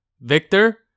Victor